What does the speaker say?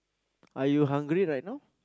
are you hungry right now